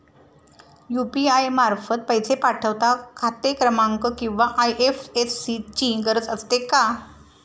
UPI मार्फत पैसे पाठवता खाते क्रमांक किंवा आय.एफ.एस.सी ची गरज असते का?